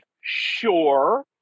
sure